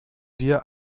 dir